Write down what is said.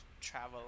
travel